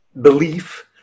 belief